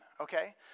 Okay